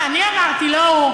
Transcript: אני אמרתי, לא הוא.